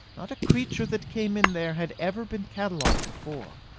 not a creature that came in there had ever been catalogued before.